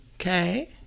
Okay